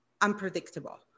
unpredictable